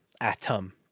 atom